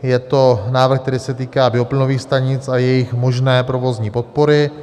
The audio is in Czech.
Je to návrh, který se týká bioplynových stanic a jejich možné provozní podpory.